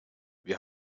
wir